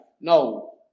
no